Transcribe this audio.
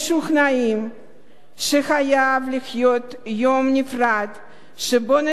שחייב להיות יום נפרד שבו נציין את זכרם של